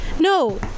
No